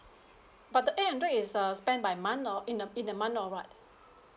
but the eight hundred is uh spend by month or in a in a month or [what]